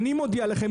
אני מודיע לכם,